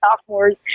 sophomores